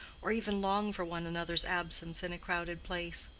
or even long for one another's absence in a crowded place.